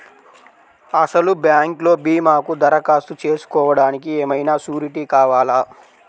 అసలు బ్యాంక్లో భీమాకు దరఖాస్తు చేసుకోవడానికి ఏమయినా సూరీటీ కావాలా?